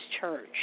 church